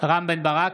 רם בן ברק,